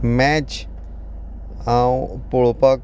match हांव पळोवपाक